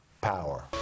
power